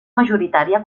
majoritària